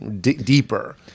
deeper